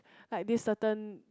like this certain